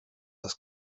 das